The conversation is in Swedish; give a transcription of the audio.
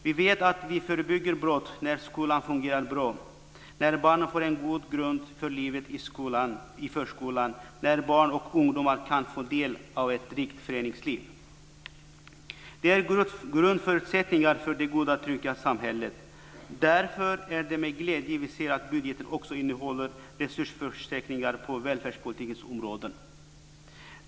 Vi vet att vi förebygger brott när skolan fungerar bra, när barnen får en god grund för livet i förskolan och när barn och ungdomar kan få del av ett rikt föreningsliv. Det är grundförutsättningar för det goda trygga samhället. Därför är det med glädje vi ser att budgeten också innehåller resursförstärkningar på välfärdspolitikens områden.